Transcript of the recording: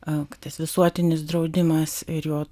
tas visuotinis draudimas ir jo